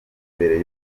mbere